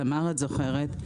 תמר, את בטח זוכרת.